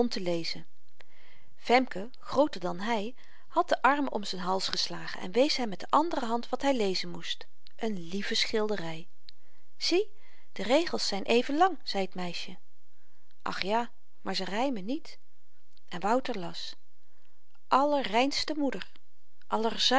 lezen femke grooter dan hy had den arm om z'n hals geslagen en wees hem met de andere hand wat hy lezen moest een lieve schildery zie die regels zyn even lang zei t meisje ach ja maar ze rymen niet en wouter las allerreinste moeder